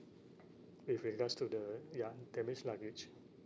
with regards to the ya damaged luggage